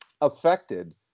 affected